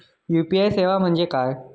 UPI सेवा म्हणजे काय?